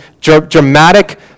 dramatic